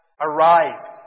arrived